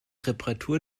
reparatur